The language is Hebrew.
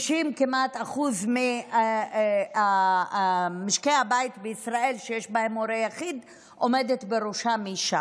כמעט 90% ממשקי הבית בישראל שיש בהם הורה יחיד עומדת בראשם אישה.